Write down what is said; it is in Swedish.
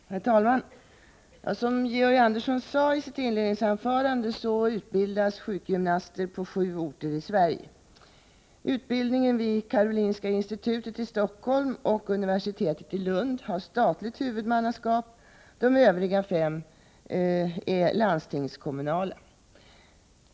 Herr talman! Som Georg Andersson sade i sitt inledningsanförande utbildas sjukgymnaster på sju orter i Sverige. Utbildningarna vid Karolinska institutet i Stockholm och vid universitetet i Lund har statligt huvudmanna skap, medan de övriga fem är landstingskommunala.